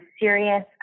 serious